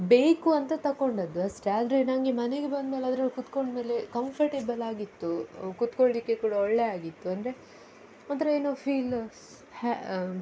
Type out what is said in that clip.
ಬೇಕು ಅಂತ ತಗೊಂಡದ್ದು ಅಷ್ಟೆ ಆದರೆ ನನಗೆ ಮನೆಗೆ ಬಂದಮೇಲೆ ಅದ್ರಲ್ಲಿ ಕೂತ್ಕೊಂಡ್ಮೇಲೆ ಕಂಫರ್ಟೇಬಲಾಗಿತ್ತು ಕೂತ್ಕೊಳ್ಳಿಕ್ಕೆ ಕೂಡ ಒಳ್ಳೆಯಾಗಿತ್ತು ಅಂದರೆ ಒಂಥರ ಏನೋ ಫೀಲ ಸ್ ಹ್ಯಾ